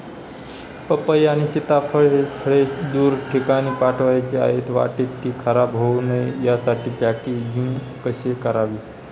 पपई आणि सीताफळ हि फळे दूर ठिकाणी पाठवायची आहेत, वाटेत ति खराब होऊ नये यासाठी पॅकेजिंग कसे करावे?